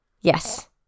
Yes